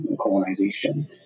colonization